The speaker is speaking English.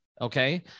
Okay